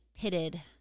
pitted